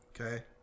Okay